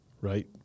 right